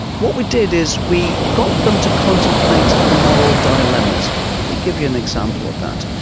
what we did is we got them to contemplate moral dilemmas let me give you an example of that.